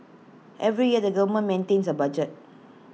every year the government maintains A budget